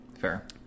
Fair